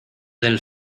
del